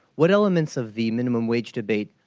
what elements of the minimum wage debate,